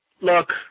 Look